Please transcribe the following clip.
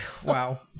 wow